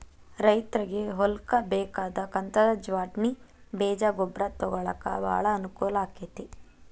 ರೈತ್ರಗೆ ಹೊಲ್ಕ ಬೇಕಾದ ಕಂತದ ಜ್ವಾಡ್ಣಿ ಬೇಜ ಗೊಬ್ರಾ ತೊಗೊಳಾಕ ಬಾಳ ಅನಕೂಲ ಅಕೈತಿ